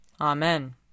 Amen